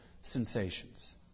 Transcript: sensations